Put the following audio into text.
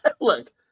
look